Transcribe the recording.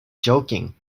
joking